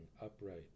upright